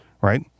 Right